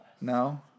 No